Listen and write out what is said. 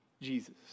Jesus